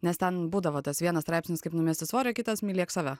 nes ten būdavo tas vienas straipsnis kaip numesti svorio kitas mylėk save